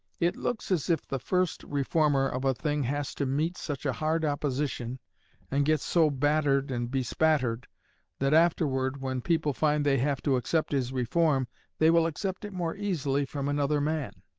it looks as if the first reformer of a thing has to meet such a hard opposition and gets so battered and bespattered that afterward when people find they have to accept his reform they will accept it more easily from another man.